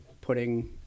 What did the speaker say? putting